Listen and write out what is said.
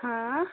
ہاں